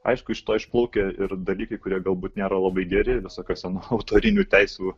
aišku iš to išplaukia ir dalykai kurie galbūt nėra labai geri visokios ten autorinių teisių